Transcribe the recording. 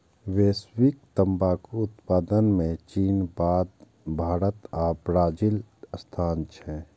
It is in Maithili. वैश्विक तंबाकू उत्पादन मे चीनक बाद भारत आ ब्राजीलक स्थान छै